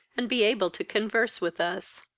and be able to converse with us.